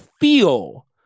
feel